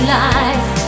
life